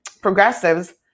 progressives